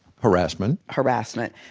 harassment. harassment.